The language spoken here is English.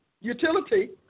utility